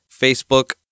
Facebook